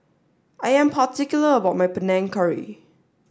I am particular about my Panang Curry